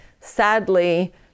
Sadly